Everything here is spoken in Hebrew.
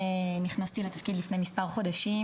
נכנסתי לתפקיד לפני מספר חודשים